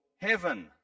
Heaven